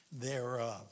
thereof